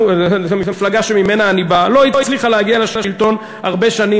המפלגה שממנה אני בא לא הצליחה להגיע לשלטון הרבה שנים,